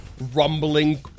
Rumbling